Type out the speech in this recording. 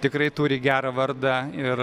tikrai turi gerą vardą ir